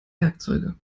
werkzeuge